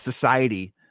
society